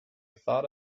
thought